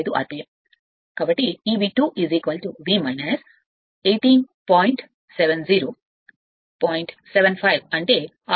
75అంటే ra Rse 1 Ω అంటే